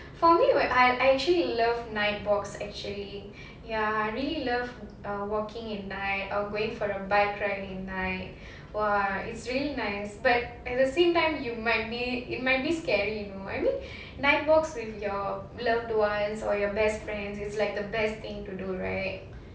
for me wh~ I I actually love night walks actually ya I really love err walking at night or going for a bike ride at night !wah! it's really nice but at the same time you might be it might be scary you know I mean night walks with your loved ones or your best friends is like the best thing to do right